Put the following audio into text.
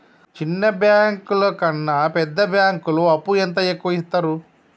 చిన్న బ్యాంకులలో పెద్ద బ్యాంకులో అప్పు ఎంత ఎక్కువ యిత్తరు?